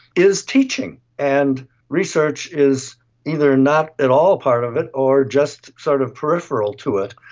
is teaching, and research is either not at all part of it or just sort of peripheral to it.